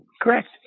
Correct